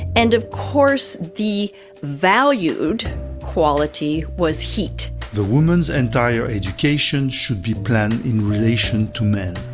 and of course the valued quality was heat. the women's entire education should be planned in relation to men.